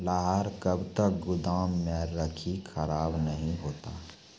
लहार कब तक गुदाम मे रखिए खराब नहीं होता?